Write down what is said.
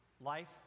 Life